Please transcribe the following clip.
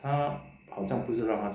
他好像不是让他